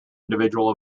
individual